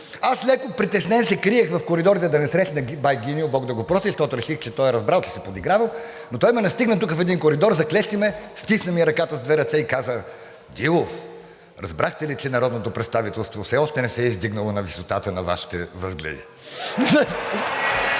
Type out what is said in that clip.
Аз, леко притеснен, се криех в коридорите да не срещна бай Гиньо, бог да го прости, защото реших, че той е разбрал, че се подигравам, но той ме настигна тук в един коридор, заклещи ме, стисна ми ръката с две ръце и каза: „Дилов, разбрахте ли, че народното представителство все още не се е издигнало на висотата на Вашите възгледи.“